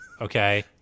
okay